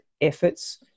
efforts